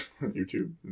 YouTube